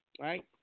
Right